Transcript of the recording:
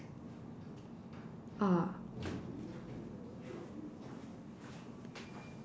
uh